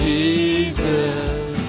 Jesus